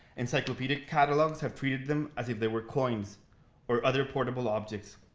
encyclopedic catalogs have treated them as if they were coins or other portable objects.